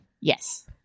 Yes